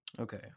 Okay